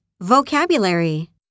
Vocabulary